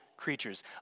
Creatures